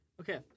Okay